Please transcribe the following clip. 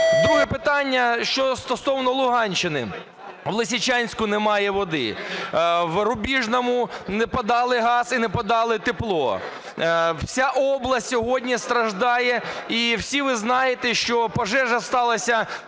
Друге питання стосовно Луганщини. У Лисичанську немає води. В Рубіжному не подали газ і не подали тепло. Вся область сьогодні страждає. І всі ви знаєте, що пожежа сталась